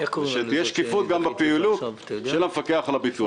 שתהיה שקיפות גם בפעילות של המפקח על הביטוח.